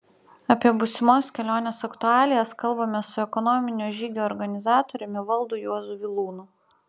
apie būsimos kelionės aktualijas kalbamės su ekonominio žygio organizatoriumi valdu juozu vilūnu